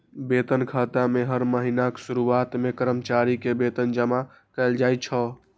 वेतन खाता मे हर महीनाक शुरुआत मे कर्मचारी के वेतन जमा कैल जाइ छै